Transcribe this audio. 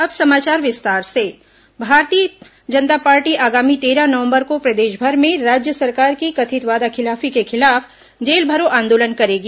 अब समाचार विस्तार से भाजपा आंदोलन भारतीय जनता पार्टी आगामी तेरह नवंबर को प्रदेशभर में राज्य सरकार की कथित वादाखिलाफी के खिलाफ जेल भरो आंदोलन करेगी